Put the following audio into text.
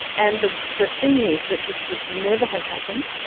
and the the thing is that this should never have happened.